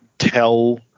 Tell